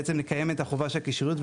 בעצם לקיים את החובה של הקישוריות,